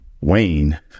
Wayne